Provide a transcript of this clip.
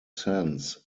sense